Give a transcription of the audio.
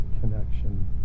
connection